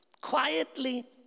quietly